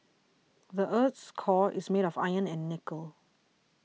the earth's core is made of iron and nickel